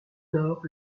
nord